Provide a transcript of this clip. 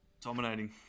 Dominating